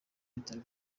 bitaro